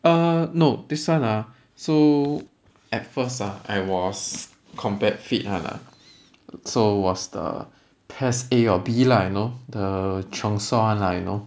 err no this [one] ah so at first ah I was combat fit [one] lah so was the PES A or B lah you know the chiong sua [one] lah you know